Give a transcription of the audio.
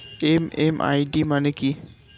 MMID মানে কি?